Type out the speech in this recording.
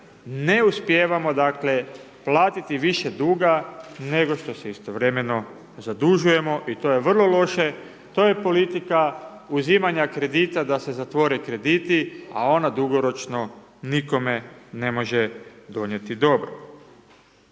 ne uspijevamo dakle platiti više duga nego što se istovremeno zadužujemo i to je vrlo loše, to je politika uzimanja kredita da se zatvore krediti, a ona dugoročno nikome ne može donijeti dobro.